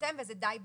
חותם וזה די בזה.